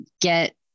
get